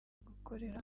gukorera